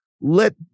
Let